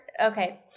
okay